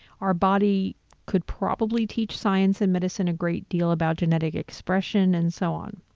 our body could probably teach science and medicine a great deal about genetic expression and so on.